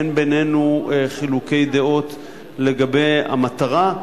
אין בינינו חילוקי דעות לגבי המטרה,